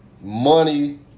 money